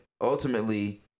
ultimately